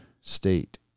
state